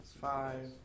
five